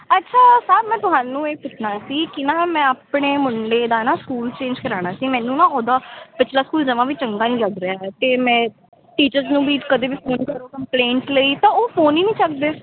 ਅੱਛਾ ਉਹ ਸਾਹਿਬ ਮੈਂ ਤੁਹਾਨੂੰ ਇਹ ਪੁੱਛਣਾ ਸੀ ਕਿ ਨਾ ਮੈਂ ਆਪਣੇ ਮੁੰਡੇ ਦਾ ਨਾ ਸਕੂਲ ਚੇਂਜ ਕਰਵਾਉਣਾ ਸੀ ਮੈਨੂੰ ਨਾ ਉਹਦਾ ਪਿਛਲਾ ਸਕੂਲ ਜਮ੍ਹਾਂ ਵੀ ਚੰਗਾ ਨਹੀਂ ਲੱਗ ਰਿਹਾ ਹੈ ਅਤੇ ਮੈਂ ਟੀਚਰਸ ਨੂੰ ਵੀ ਕਦੇ ਵੀ ਫ਼ੋਨ ਕਰੋ ਕੰਪਲੇਂਟਸ ਲਈ ਤਾਂ ਉਹ ਫ਼ੋਨ ਹੀ ਨਹੀਂ ਚੁੱਕਦੇ